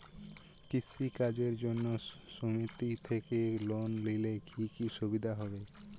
কৃষি কাজের জন্য সুমেতি থেকে লোন নিলে কি কি সুবিধা হবে?